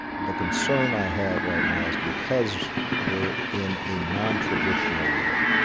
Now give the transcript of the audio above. the concern i have right now is because we're in a nontraditional war.